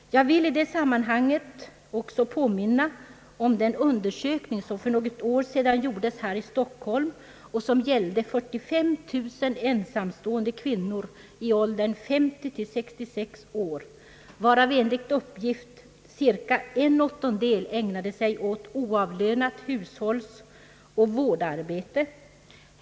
Jag vill i det sammanhanget också påminna om den undersökning som för något år sedan gjordes här i Stockholm och som gällde 45000 ensamstående kvinnor i åldern 50—066 år, varav enligt uppgift cirka en åttondel ägnade sig åt oavlönat hushållsoch vårdarbete.